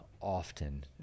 often